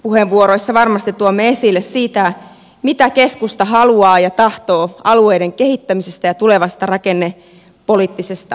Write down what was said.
puheenvuoroissa varmasti tuomme esille sitä mitä keskusta haluaa ja tahtoo alueiden kehittämisestä ja tulevasta rakennepoliittisesta ohjelmasta